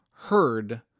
Heard